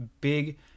big